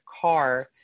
car